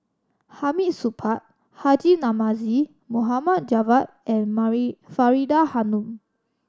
Hamid Supaat Haji Namazie Mohd Javad and Faridah Hanum